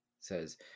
says